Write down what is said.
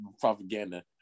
Propaganda